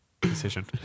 decision